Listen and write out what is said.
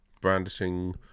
Brandishing